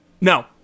No